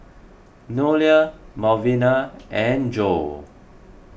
Noelia Malvina and Jo